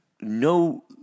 no